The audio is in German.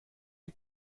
die